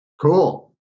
Cool